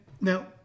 now